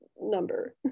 number